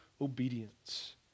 obedience